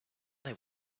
they